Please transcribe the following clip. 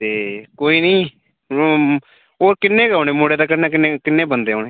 ते कोई निं होर किन्ने क औने मुड़े दे कन्नै किन्ने क बंदे औने